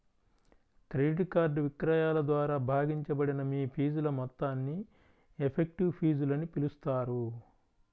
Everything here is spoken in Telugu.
క్రెడిట్ కార్డ్ విక్రయాల ద్వారా భాగించబడిన మీ ఫీజుల మొత్తాన్ని ఎఫెక్టివ్ ఫీజులని పిలుస్తారు